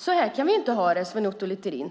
Så här kan vi ju inte ha det Sven Otto Littorin!